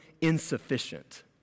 insufficient